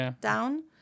down